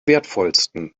wertvollsten